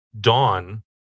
Dawn